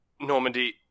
Normandy